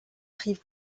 rive